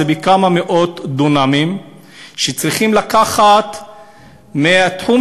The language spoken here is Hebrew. זה על כמה מאות דונמים שצריכים לקחת מתחום